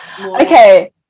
okay